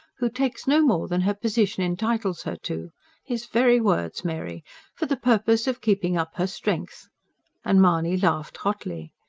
who takes no more than her position entitles her to' his very words, mary for the purpose of keeping up her strength and mahony laughed hotly.